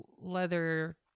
leather